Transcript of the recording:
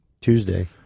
tuesday